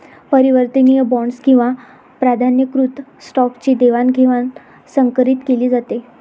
परिवर्तनीय बॉण्ड्स किंवा प्राधान्यकृत स्टॉकची देवाणघेवाण संकरीत केली जाते